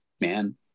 man